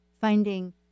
finding